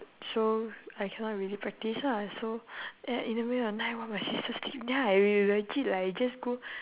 so I cannot really practice lah so and in the middle of the night while my sister sleep then I will legit like I just go